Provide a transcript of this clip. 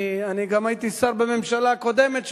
אני גם הייתי שר בממשלה קודמת,